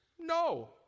No